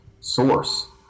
source